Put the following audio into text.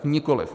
Nikoliv.